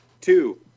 Two